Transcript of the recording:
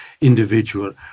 individual